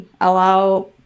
allow